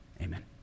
Amen